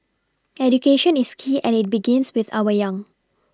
education is key and it begins with our young